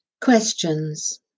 Questions